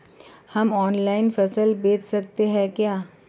हम ऑनलाइन फसल बेच सकते हैं क्या?